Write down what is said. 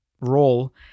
role